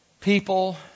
People